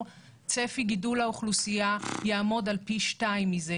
צפי גידול האוכלוסייה יעמוד על פי שניים מזה,